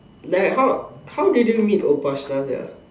like how how did you meet Opashka sia